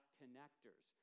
connectors